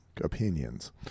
opinions